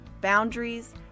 boundaries